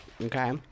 Okay